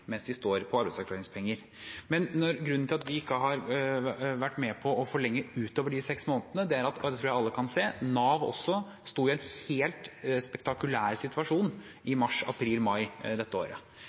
mens de står på arbeidsavklaringspenger. Men grunnen til at vi ikke har vært med på å forlenge utover de seks månedene, er – og det tror jeg alle kan se – at Nav sto i en helt spektakulær situasjon i